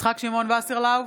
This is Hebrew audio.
יצחק שמעון וסרלאוף,